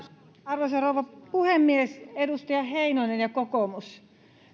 arvoisa rouva puhemies edustaja heinonen ja kokoomus